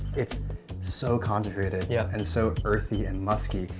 it's so concentrated yeah and so earthy and musky.